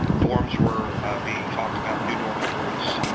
dorms were being talked about, new dormitories,